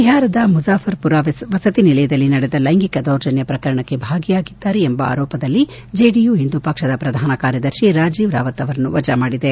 ಬಿಹಾರದ ಮುಜಾಫರ್ಮರ ವಸತಿ ನಿಲಯದಲ್ಲಿ ನಡೆದ ಲೈಂಗಿಕ ದೌರ್ಜನ್ಯ ಪ್ರಕರಣಕ್ಕೆ ಭಾಗಿಯಾಗಿದ್ದಾರೆ ಎಂಬ ಆರೋಪದಲ್ಲಿ ಜೆಡಿಯು ಇಂದು ಪಕ್ಷದ ಪ್ರಧಾನ ಕಾರ್ಯದರ್ಶಿ ರಾಜೀವ್ ರಾವತ್ ಅವರನ್ನು ವಜಾ ಮಾಡಿದೆ